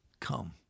come